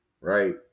Right